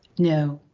no,